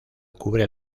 cubre